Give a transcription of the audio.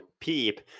Peep